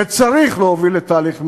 וצריך להוביל לתהליך מדיני,